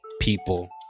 people